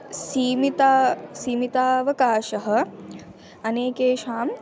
सीमिता सीमितावकाशः अनेकेषाम्